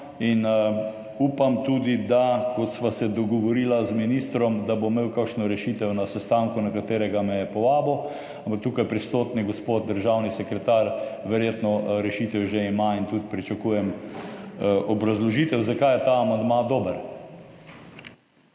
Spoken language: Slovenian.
Upam tudi, kot sva se dogovorila z ministrom, da bo imel kakšno rešitev na sestanku, na katerega me je povabil. Ampak tukaj prisotni gospod državni sekretar verjetno rešitev že ima in tudi pričakujem obrazložitev, zakaj je ta amandma dober.